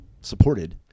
supported